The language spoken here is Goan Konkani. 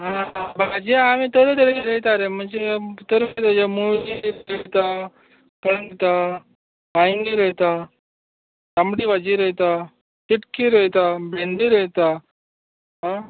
हां भाजी आमी तरे तरेची रोयता रे म्हणजे तरे तरेचे मुळें रोयता वांगीं रोयता तांबडी भाजी रोयता चिट्की रोयता भेंडी रोयता आं